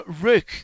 Rook